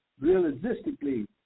realistically